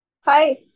Hi